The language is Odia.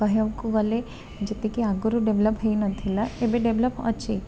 କହିବାକୁ ଗଲେ ଯେତିକି ଆଗରୁ ଡେଭଲପ୍ ହେଇନଥିଲା ଏବେ ଡେଭଲପ୍ ଅଛି